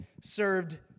served